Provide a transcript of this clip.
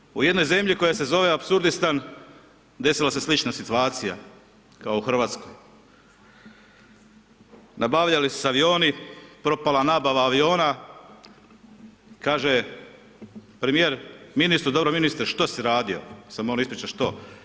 I za kraj u jednoj zemlji, koja se zove Apsurdistanu, desila se je slična situacija kao u Hrvatskoj, nabavljali su se avioni, propala nabava aviona, kaže, premjer ministru, dobro ministre što si radio, sada on ističe što.